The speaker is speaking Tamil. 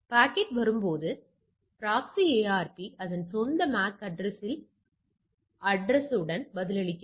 பாக்கெட் வரும்போது ப்ராக்ஸி ARP அதன் சொந்த MAC அட்ரஸ் உடன் அட்ரஸ் உடன் பதிலளிக்கிறது